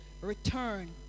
return